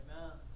Amen